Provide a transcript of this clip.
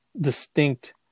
distinct